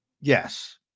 yes